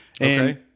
Okay